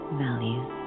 values